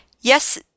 Yes